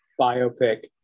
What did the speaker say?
biopic